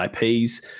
ips